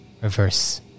reverse